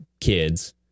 kids